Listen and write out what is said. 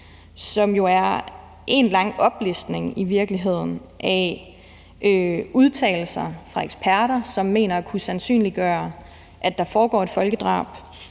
er én lang oplistning af udtalelser fra eksperter, som mener at kunne sandsynliggøre, at der foregår et folkedrab.